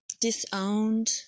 disowned